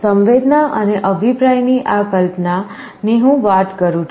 સંવેદના અને અભિપ્રાય ની આ કલ્પના ની હું વાત કરું છું